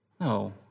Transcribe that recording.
No